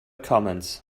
commands